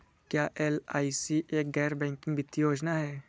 क्या एल.आई.सी एक गैर बैंकिंग वित्तीय योजना है?